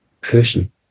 person